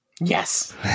Yes